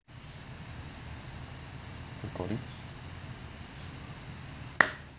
recording